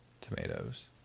Tomatoes